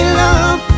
love